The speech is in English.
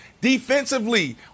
Defensively